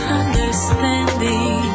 understanding